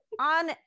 on